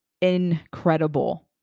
incredible